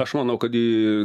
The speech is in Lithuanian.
aš manau kad ji